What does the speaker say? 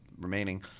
remaining